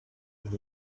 and